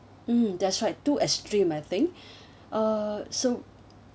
mm that's right too extreme I think uh so